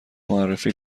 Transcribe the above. معرفی